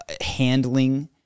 handling